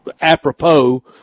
apropos